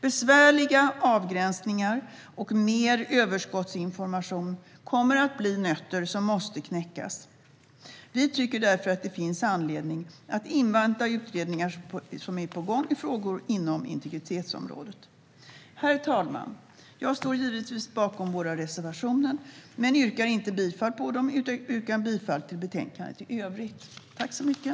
Besvärliga avgränsningar och mer överskottsinformation kommer att bli nötter som måste knäckas. Vi tycker därför att det finns anledning att invänta utredningar som är på gång i frågor inom integritetsområdet. Herr talman! Jag står givetvis bakom våra reservationer men yrkar inte bifall till dem utan yrkar bifall endast till utskottets förslag i betänkandet i övrigt.